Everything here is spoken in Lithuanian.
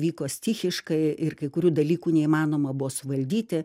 vyko stichiškai ir kai kurių dalykų neįmanoma buvo suvaldyti